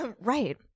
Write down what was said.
right